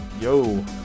yo